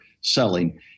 selling